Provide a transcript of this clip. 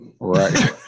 Right